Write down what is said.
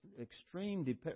extreme